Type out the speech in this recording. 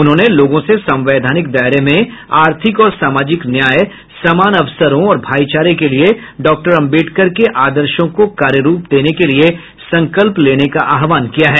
उन्होंने लोगों से संवैधानिक दायरे में आर्थिक और सामाजिक न्याय समान अवसरों और भाईचारे के लिए डॉक्टर अम्बेडकर के आदर्शों को कार्यरूप देने के लिए संकल्प लेने का आहवान किया है